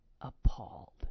appalled